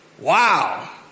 wow